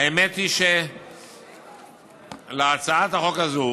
האמת היא שלהצעת החוק הזו